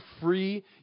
free